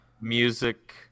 music